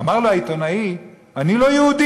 אמר לו העיתונאי: אני לא יהודי,